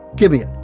give me it.